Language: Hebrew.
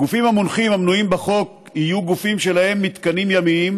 הגופים המונחים המנויים בחוק יהיו גופים שיש להם מתקנים ימיים,